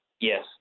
Yes